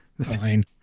Fine